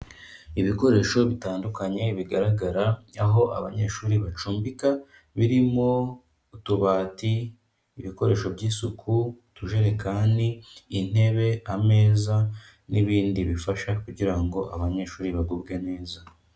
Ibikoresho bitandukanye bigaragara aho abanyeshuri bacumbika, birimo utubati, ibikoresho by'isuku, utujerekani, intebe, ameza n'ibindi bifasha kugira ngo abanyeshuri bagubwe neza.